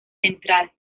central